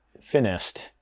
finished